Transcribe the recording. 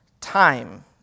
time